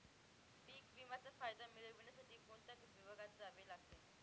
पीक विम्याचा फायदा मिळविण्यासाठी कोणत्या विभागात जावे लागते?